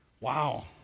Wow